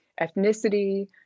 ethnicity